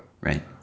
Right